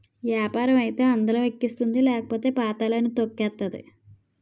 యాపారం అయితే అందలం ఎక్కిస్తుంది లేకపోతే పాతళానికి తొక్కేతాది